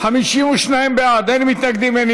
מחלה (תיקון, ניכוי ימי מחלה),